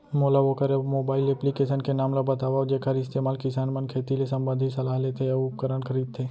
मोला वोकर mobile application के नाम ल बतावव जेखर इस्तेमाल किसान मन खेती ले संबंधित सलाह लेथे अऊ उपकरण खरीदथे?